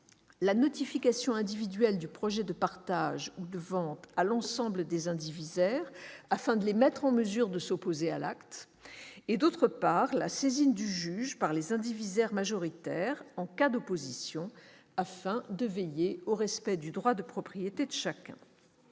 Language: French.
la notification individuelle du projet de partage ou de vente à l'ensemble des indivisaires afin de les mettre en mesure de s'opposer à l'acte et, d'autre part, la saisine du juge par les indivisaires majoritaires en cas d'opposition afin de veiller au respect du droit de propriété de chacun.